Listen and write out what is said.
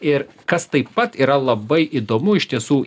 ir kas taip pat yra labai įdomu iš tiesų